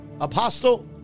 Apostle